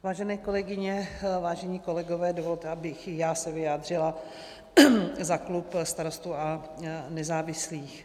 Vážené kolegyně, vážení kolegové, dovolte, abych i já se vyjádřila za klub Starostů a nezávislých.